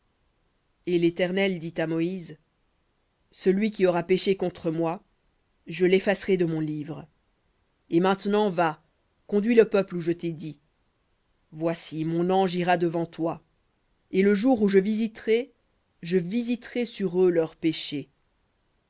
et l'éternel dit à moïse celui qui aura péché contre moi je l'effacerai de mon livre et maintenant va conduis le peuple où je t'ai dit voici mon ange ira devant toi et le jour où je visiterai je visiterai sur eux leur péché